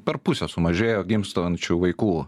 per pusę sumažėjo gimstančių vaikų